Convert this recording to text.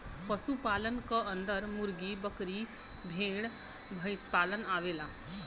पशु पालन क अन्दर मुर्गी, बकरी, भेड़, भईसपालन आवेला